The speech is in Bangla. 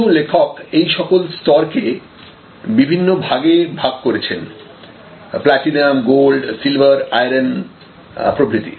কিছু লেখক এই সকল স্তরকে বিভিন্ন ভাগে ভাগ করেছেন প্লাটিনাম গোল্ড সিলভার আয়রন প্রভৃতি